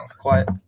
Quiet